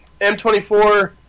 M24